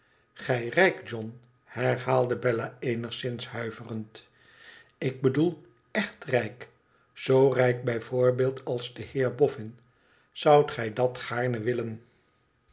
rijk john herhaalde bella eenigszins huiverend ik bedoel echt rijk zoorijkbij voorbeeld als de heer boffin zoudt gij dat gaarne willen